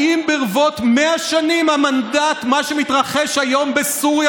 האם במלאת 100 שנים למנדט מה שמתרחש היום בסוריה